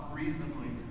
reasonably